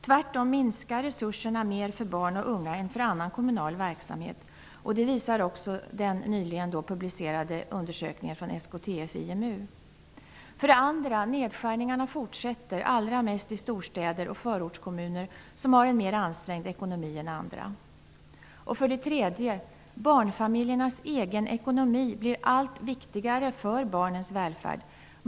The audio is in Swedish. Tvärtom minskar resurserna mer för barn och unga än för annan kommunal verksamhet. Det visar också den nyligen publicerade undersökningen från SKTF och IMU. För det andra fortsätter nedskärningarna allra mest i storstäder och förortskommuner som har en mer ansträngd ekonomi än andra. För det tredje blir barnfamiljernas egen ekonomi allt viktigare för barnens välfärd.